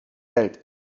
welt